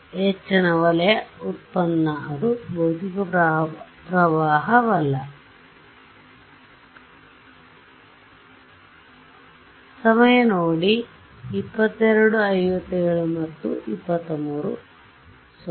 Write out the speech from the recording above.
H ನ ವಲಯ ವ್ಯುತ್ಪನ್ನ ಅದು ಭೌತಿಕ ಪ್ರವಾಹವಲ್ಲ